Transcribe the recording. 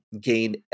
gain